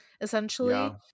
essentially